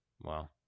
wow